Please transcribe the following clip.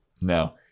No